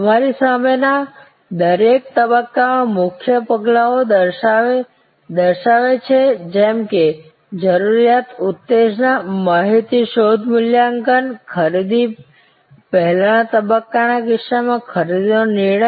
તમારી સામે ના દરેક તબક્કામાં મુખ્ય પગલાંઓ દર્શાવે છે જેમ કે જરૂરિયાત ઉત્તેજના માહિતી શોધ મૂલ્યાંકન અને ખરીદી પહેલાના તબક્કાના કિસ્સામાં ખરીદીનો નિર્ણય